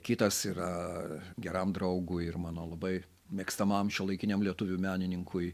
kitas yra geram draugui ir mano labai mėgstamam šiuolaikiniam lietuvių menininkui